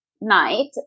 night